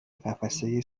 قفسه